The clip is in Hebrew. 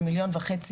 ו- 1.5 מיליון בנגב,